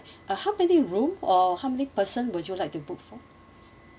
uh how many room or how many person would you like to book for